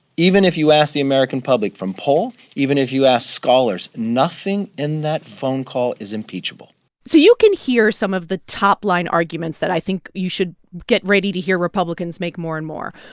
even if you ask the american public from poll, even if you ask scholars, nothing in that phone call is impeachable so you can hear some of the top line arguments that, i think, you should get ready to hear republicans make more and more.